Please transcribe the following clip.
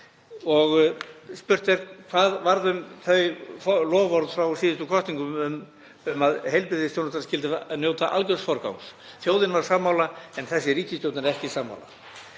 og spurt er: Hvað varð um þau loforð frá síðustu kosningum um að heilbrigðisþjónustan skyldi njóta algjörs forgangs? Þjóðin var sammála en þessi ríkisstjórn er ekki sammála.